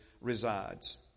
resides